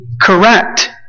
Correct